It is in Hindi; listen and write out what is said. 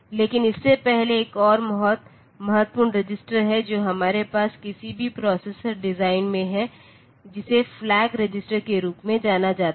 लेकिन इससे पहले एक और बहुत महत्वपूर्ण रजिस्टर है जो हमारे पास किसी भी प्रोसेसर डिज़ाइन में है जिसे फ्लैग रजिस्टर के रूप में जाना जाता है